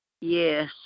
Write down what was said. Yes